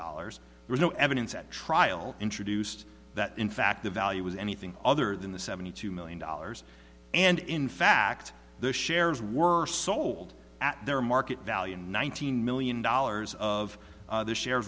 dollars there's no evidence at trial introduced that in fact the value was anything other than the seventy two million dollars and in fact the shares were sold at their market value in one thousand million dollars of their share